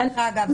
דרך אגב.